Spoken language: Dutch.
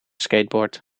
skateboard